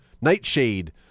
Nightshade